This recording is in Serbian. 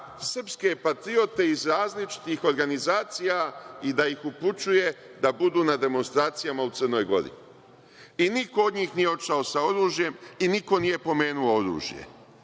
srpske patriote iz različitih organizacija i da ih upućuje da budu na demonstracijama u Crnoj Gori. Niko od njih nije otišao sa oružjem i niko nije pomenuo oružje.